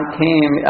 came